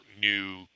new